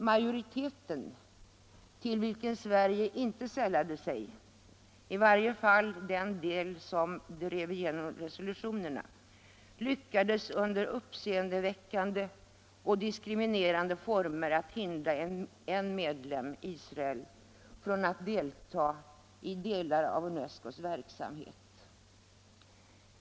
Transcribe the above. Majoriteten — till vilken Sverige inte sällade sig — lyckades under uppseendeväckande och diskriminerande former hindra en medlem, Israel, från att delta i delar av UNESCO:s verksamhet.